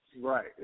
Right